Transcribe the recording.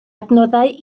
adnoddau